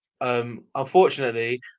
unfortunately